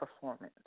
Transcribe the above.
Performance